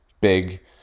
big